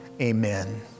Amen